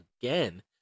again